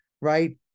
right